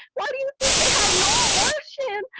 why do they have no emotion,